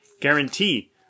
guarantee